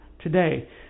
today